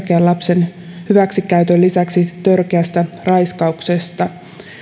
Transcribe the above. lapsen törkeän hyväksikäytön lisäksi törkeästä raiskauksesta